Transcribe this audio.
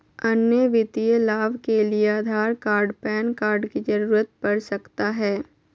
अन्य वित्तीय लाभ के लिए आधार कार्ड पैन कार्ड की जरूरत पड़ सकता है?